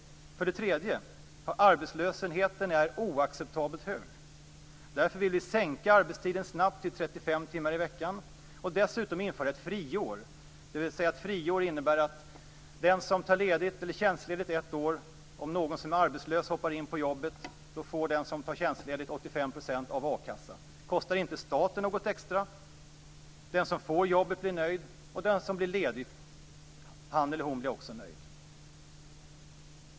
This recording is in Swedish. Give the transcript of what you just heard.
För det tredje är arbetslösheten oacceptabelt hög. Därför vill vi snabbt sänka arbetstiden till 35 timmar i veckan och dessutom införa ett friår. Ett friår innebär att om någon tar tjänstledigt ett år och någon som är arbetslös hoppar in på jobbet, får den som tar tjänstledigt 85 % av a-kassan. Det kostar inte staten något extra. Den som får jobbet blir nöjd, och den som blir ledig, han eller hon, blir också nöjd.